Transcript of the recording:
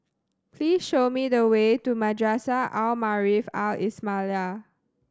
please show me the way to Madrasah Al Maarif Al Islamiah